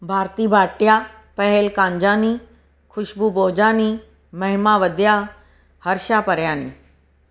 Bharti Bhatia Pahel Kanjani Khushbu Bhojani Mahima Vadya Harsha Paryani